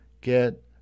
get